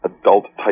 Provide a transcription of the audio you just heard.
adult-type